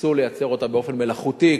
שניסו לייצר באופן מלאכותי,